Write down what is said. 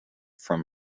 from